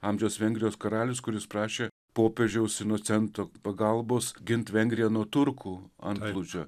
amžiaus vengrijos karalius kuris prašė popiežiaus inocento pagalbos gint vengriją nuo turkų antplūdžio